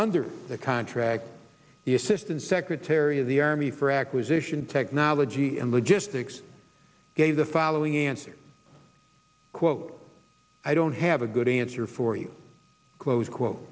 under the contract the assistant secretary of the army for acquisition technology and logistics gave the following answer quote i don't have a good answer for you close quo